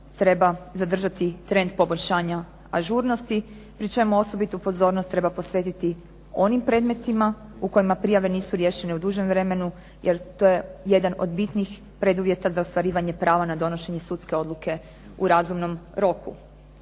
treba zadržati trend poboljšanja ažurnosti pri čemu osobitu pozornost treba posvetiti onim predmetima u kojima prijave nisu riješene u dužem vremenu jer to je jedan od bitnih preduvjeta za ostvarivanje prava na donošenje sudske odluke u razumnom roku.